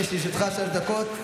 יש לרשותך שלוש דקות.